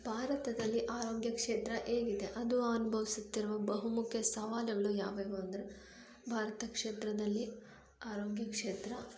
ಭಾರತದಲ್ಲಿ ಆರೋಗ್ಯ ಕ್ಷೇತ್ರ ಹೇಗಿದೆ ಅದು ಅನುಭವಿಸುತ್ತಿರುವ ಬಹುಮುಖ್ಯ ಸವಾಲುಗಳು ಯಾವ್ಯಾವು ಅಂದರೆ ಭಾರತ ಕ್ಷೇತ್ರದಲ್ಲಿ ಆರೋಗ್ಯ ಕ್ಷೇತ್ರ